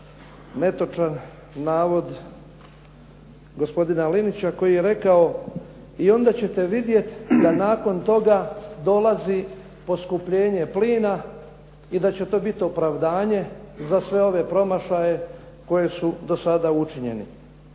netočan navod gospodina Linića koji je rekao: "I onda ćete vidjeti da nakon toga dolazi poskupljenje plina i da će to biti opravdanje za sve ove promašaje koji su do sada učinjeni.".